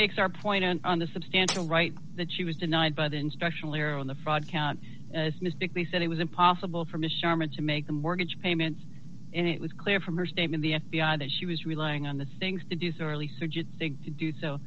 makes our point and on the substantial right that she was denied by the instructional ear on the fraud count mystically said it was impossible for miss sharman to make the mortgage payment and it was clear from her statement the f b i that she was relying on the thing to do so